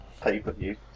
pay-per-view